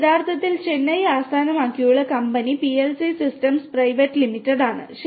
ഇത് യഥാർത്ഥത്തിൽ ചെന്നൈ ആസ്ഥാനമായുള്ള company PLC systems private limited ആണ്